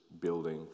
building